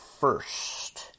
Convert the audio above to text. first